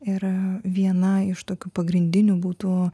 ir viena iš tokių pagrindinių būtų